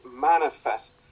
manifest